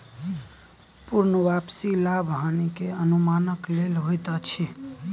पूर्ण वापसी लाभ हानि के अनुमानक लेल होइत अछि